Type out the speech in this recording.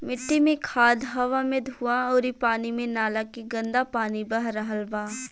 मिट्टी मे खाद, हवा मे धुवां अउरी पानी मे नाला के गन्दा पानी बह रहल बा